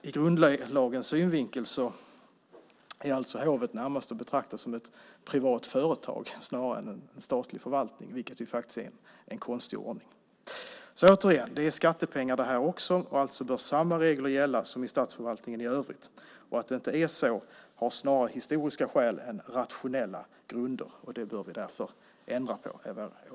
Ur grundlagens synvinkel är hovet alltså närmast att betrakta som ett privat företag snarare än en statlig förvaltning, vilket faktiskt är en konstig ordning. Detta handlar också om skattepengar, och alltså bör samma regler gälla som i statsförvaltningen i övrigt. Att det inte är så har snarare historiska skäl än rationella grunder. Det bör vi därför ändra på.